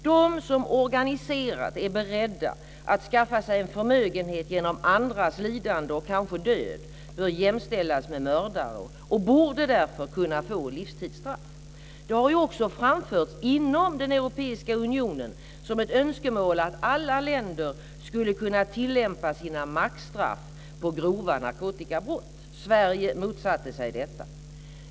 De som organiserat är beredda att skaffa sig en förmögenhet genom andras lidande och kanske död bör jämställas med mördare och borde därför kunna få livstidsstraff. Det har ju också framförts inom den europeiska unionen som ett önskemål att alla länder skulle kunna tillämpa sina maxstraff på grova narkotikabrott. Sverige motsatte sig detta.